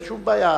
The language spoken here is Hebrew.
אין שום בעיה.